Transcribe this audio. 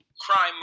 crime